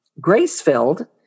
grace-filled